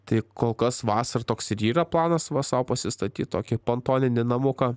tik kol kas vasara toks ir yra planas va sau pasistatyt tokį pontoninį namuką